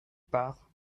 part